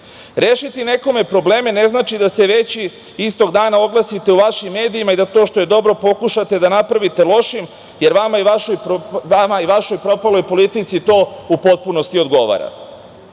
nekome probleme ne znači da se već istog dana oglasite u vašim medijima i da to što je dobro pokušate da napravite lošim, jer vama i vašoj propaloj politici to u potpunosti odgovara.